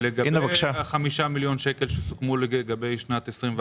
לגבי ה-5 מיליון שקלים שסוכמו לגבי שנת 2021,